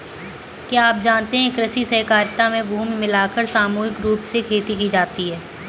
क्या आप जानते है कृषि सहकारिता में भूमि मिलाकर सामूहिक रूप से खेती की जाती है?